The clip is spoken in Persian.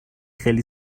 خیلی